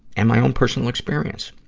and my own personal experience.